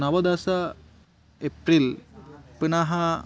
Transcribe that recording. नवदश एप्रिल् पुनः